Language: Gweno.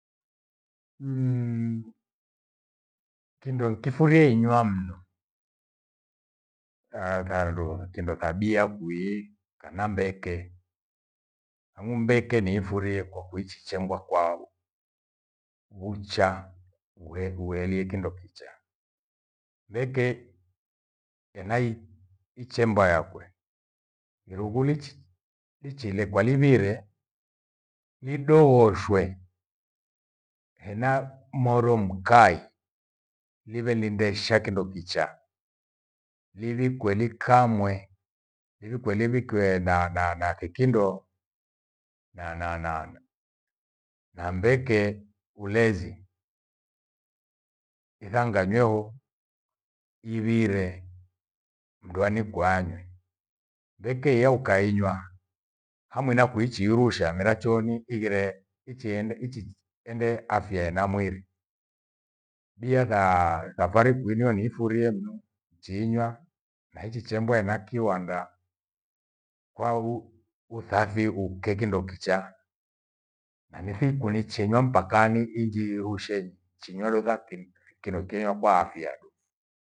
Kindo nikifurie inywa mno kindo tha bia kwii, kana mbeke ang'u mbeke niifurie kwakuichichembwa kwa vucha uwelie kindo kicha. Mbeke ena ichembwa yakwe irughu lichi- lichi ilekwa livire lidoghoshwe hena moro mkai. Liwe lindesha kindokicha livikwe likamwe livike livikiwe hekindo na mbeke ulezi isanganywe wo ivire mndu anikwe anywe. Mbeke hiya ukainywa hamwena kuichi ichiirusha mira chooni ighire ichi ende afya ena mwiri. Bia tha safari kwinyi niifurie mno nichiinywa naichichembwa ena kiwanda kwa uthafi ukekindokicha nathiku nichinywa mpakani injiirusheenyi chinywa lothaki kino kenywa kwa afya du.